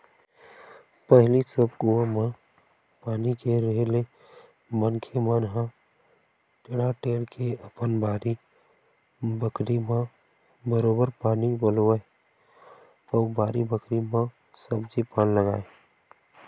पहिली सब कुआं म पानी के रेहे ले मनखे मन ह टेंड़ा टेंड़ के अपन बाड़ी बखरी म बरोबर पानी पलोवय अउ बारी बखरी म सब्जी पान लगाय